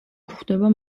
გვხვდება